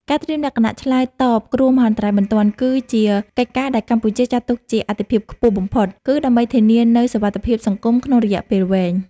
ការត្រៀមលក្ខណៈឆ្លើយតបគ្រោះមហន្តរាយបន្ទាន់ គឺជាកិច្ចការដែលកម្ពុជាចាត់ទុកជាអាទិភាពខ្ពស់បំផុត គឺដើម្បីធានានូវសុវត្ថិភាពសង្គមក្នុងរយៈពេលវែង។